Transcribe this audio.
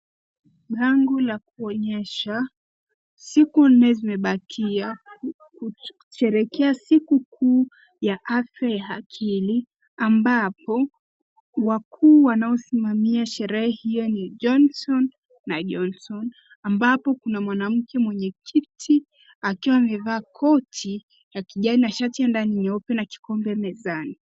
Bango la kuonyesha siku nne zimebakia kusherekea siku kuu ya afya ya akili, ambapo wakuu wanaosimamia sherehe hiyo ni Johnson na Johnson, ambapo kuna mwanamke mwenye kiti akiwa amevaa koti ya kijani na shati ya ndani nyeupe na kikombe mezani.